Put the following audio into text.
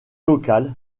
locale